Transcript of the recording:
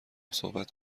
صحبت